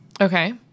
Okay